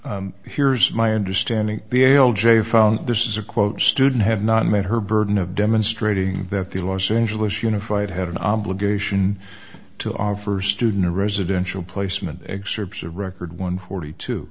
to here's my understanding b l j found this is a quote student have not met her burden of demonstrating that the los angeles unified had an obligation to our first student or residential placement excerpts of record one forty two